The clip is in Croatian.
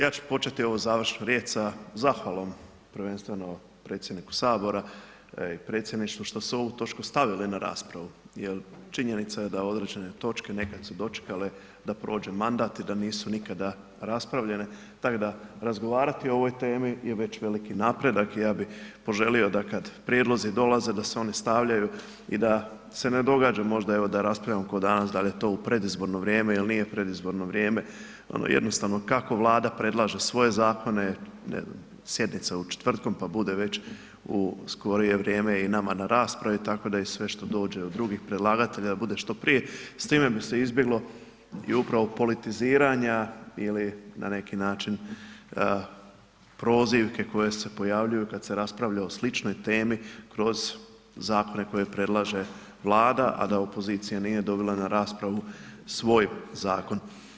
Ja ću početi evo završnu riječ sa zahvalom prvenstveno predsjedniku Sabora i predsjedništvu što su ovu točku stavili na raspravu, jer činjenica je da određene točke nekad su dočekale da prođe mandat i da nisu nikada raspravljene, tako da razgovarati o ovoj temi je već veliki napredak, i ja bih poželio da kad prijedlozi dolaze da se oni stavljaju i da se ne događa možda evo da raspravljamo kao danas dal' je to u predizborno vrijeme ili nije predizborno vrijeme, ono jednostavno kako Vlada predlaže svoje Zakone, ne znam, sjednice u četvrtkom pa bude već u skorije vrijeme i na nama na raspravi tako da i sve što dođe i od drugih predlagatelja da bude što prije, s time bi se izbjeglo i upravo politiziranja ili na neki način prozivke koje se pojavljuju kad se raspravlja o sličnoj temi kroz Zakone koje predlaže Vlada, a da opozicija nije dobila na raspravu svoj Zakon.